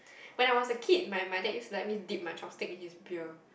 when I was a kid my my dad used to let me dip my chopstick in his beer